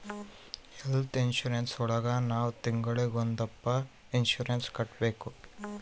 health insurance ಒಳಗ ನಾವ್ ತಿಂಗ್ಳಿಗೊಂದಪ್ಪ ಇನ್ಸೂರೆನ್ಸ್ ಕಟ್ಟ್ಬೇಕು